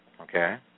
Okay